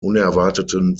unerwarteten